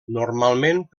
normalment